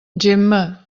gemma